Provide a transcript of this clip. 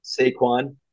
Saquon